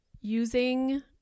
using